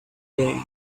day